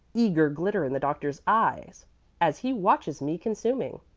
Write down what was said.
eager glitter in the doctor's eyes as he watches me consuming,